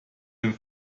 dem